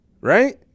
right